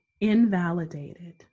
invalidated